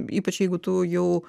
ypač jeigu tu jau